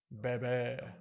baby